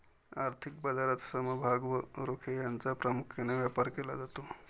आर्थिक बाजारात समभाग व रोखे यांचा प्रामुख्याने व्यापार केला जातो